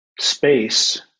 space